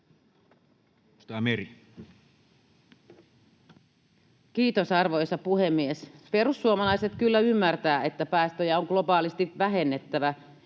Kiitos, arvoisa puhemies! Perussuomalaiset kyllä ymmärtää, että päästöjä on globaalisti vähennettävä